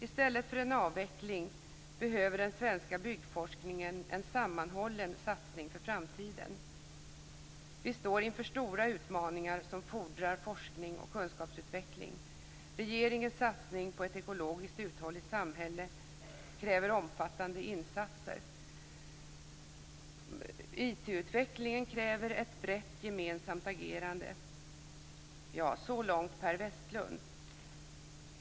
I stället för en avveckling behöver den svenska byggforskningen en sammanhållen satsning för framtiden. Vi står inför stora utmaningar som fordrar forskning och kunskapsutveckling. Regeringens satsning på ett ekologiskt uthålligt samhälle kräver omfattande insatser. - IT-utvecklingen kräver ett brett gemensamt agerande." Så långt Per Westlund.